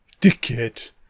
dickhead